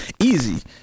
easy